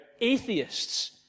atheists